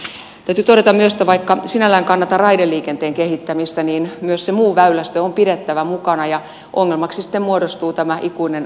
täytyy todeta myös että vaikka sinällään kannatan raideliikenteen kehittämistä niin myös se muu väylästö on pidettävä mukana ja ongelmaksi sitten muodostuu tämä ikuinen rahapula